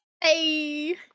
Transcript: Hey